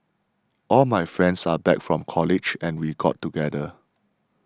all my friends are back from college and we got together